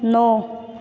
नौ